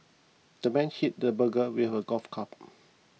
the man hit the burglar with a golf club